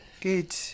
Good